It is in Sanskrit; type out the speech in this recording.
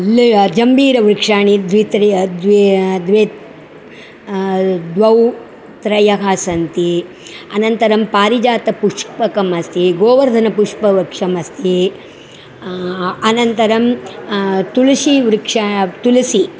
ल् जम्बीरवृक्षाणि द्वे त्रयः द्वे द्वे द्वौ त्रयः सन्ति अनन्तरं पारिजातपुष्पकम् अस्ति गोवर्धनपुष्पवृक्षम् अस्ति अनन्तरं तुलसीवृक्षः तुलसी